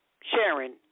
Sharon